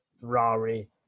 Ferrari